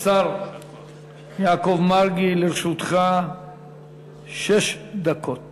השר יעקב מרגי, לרשותך שש דקות.